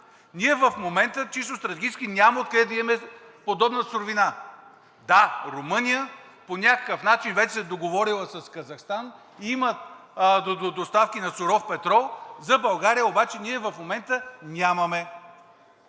Ние в момента, чисто стратегически, няма откъде да имаме подобна суровина. Да, Румъния по някакъв начин вече е договорила с Казахстан, имат доставки на суров петрол, за България обаче ние в момента нямаме.